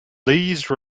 lease